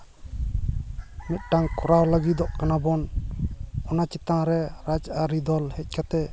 ᱢᱤᱫᱴᱟᱝ ᱠᱚᱨᱟᱣ ᱞᱟᱹᱜᱤᱫᱚᱜ ᱠᱟᱱᱟ ᱵᱚᱱ ᱚᱱᱟ ᱪᱮᱛᱟᱱ ᱨᱮ ᱨᱟᱡᱽᱼᱟᱹᱨᱤ ᱫᱚᱞ ᱦᱮᱡ ᱠᱟᱛᱮ